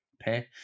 pay